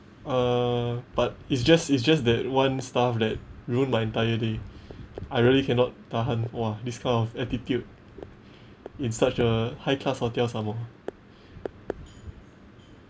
uh but it's just it's just that one staff that ruined my entire day I really cannot tahan !wah! this kind of attitude in such a high class hotel some more